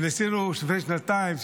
לפני שנתיים,